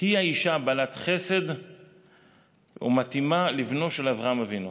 את הגמלים היא אישה בעלת חסד שמתאימה לבנו של אברהם אבינו.